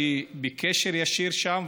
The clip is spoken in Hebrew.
שהיא בקשר ישיר שם,